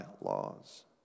laws